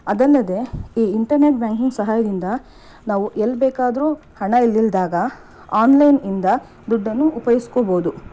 ಅದಲ್ಲದೆ ಈ internet banking ಸಹಾಯದಿಂದ ನಾವು ಎಲ್ಲಿ ಬೇಕಾದ್ರೂ ಹಣ ಇಲ್ಲದಾಗ ಆನ್ಲೈನಿಂದ ದುಡ್ಡನ್ನು ಉಪಯೋಗಿಸ್ಕೋಬೌದು